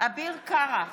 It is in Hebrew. אביר קארה,